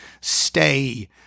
stay